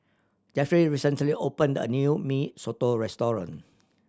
Jeffry recently opened a new Mee Soto restaurant